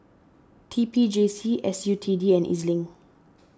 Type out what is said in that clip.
T P J C S U T D and E Z link